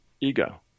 ego